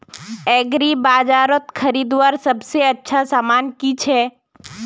एग्रीबाजारोत खरीदवार सबसे अच्छा सामान की छे?